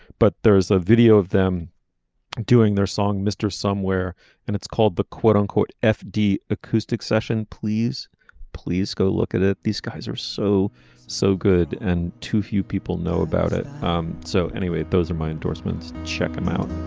but there is a video of them doing their song mr somewhere and it's called the quote unquote fda acoustic session please please go look at it these guys are so so good and too few people know about it um so anyway those are my endorsements. check them out.